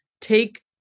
take